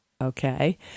okay